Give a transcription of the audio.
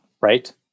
right